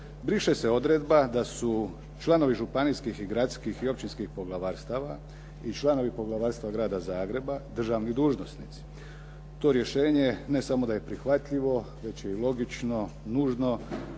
briše se odredba da su članovi županijskih i gradskih i općinskih poglavarstava i članovi Poglavarstva Grada Zagreba državni dužnosnici. To rješenje ne samo da je prihvatljivo već je i logično, nužno